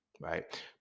right